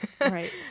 right